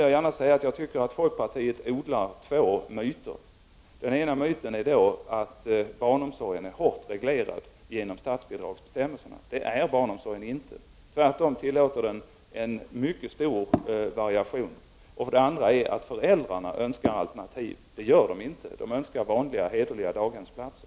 Jag tycker att folkpartiet odlar två myter. Den ena myten är att barnomsorgen är hårt reglerad genom statsbidragsbestämmelserna. Det är barnomsorgen inte. Tvärtom tillåter den en mycket stor variation. Den andra är att föräldrarna önskar alternativ. Det gör de inte. De önskar vanliga hederliga daghemsplatser.